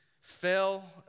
fell